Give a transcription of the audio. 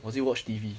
was it watch T_V